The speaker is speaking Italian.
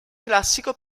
classico